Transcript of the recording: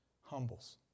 Humbles